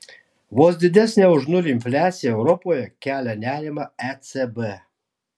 vos didesnė už nulį infliacija europoje kelia nerimą ecb